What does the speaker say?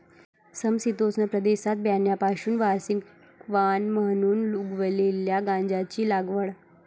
समशीतोष्ण प्रदेशात बियाण्यांपासून वार्षिक वाण म्हणून उगवलेल्या गांजाची लागवड